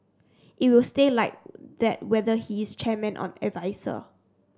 it will stay like that whether he is chairman on adviser